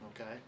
okay